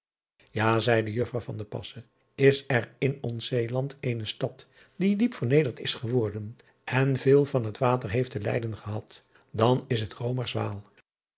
a zeide uffrouw is er in ons eeland eene stad die diep vernederd is geworden en veel van het water heeft te lijden gehad dan is het